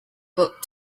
book